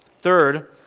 Third